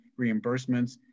reimbursements